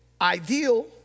ideal